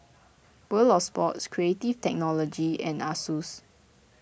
World of Sports Creative Technology and Asus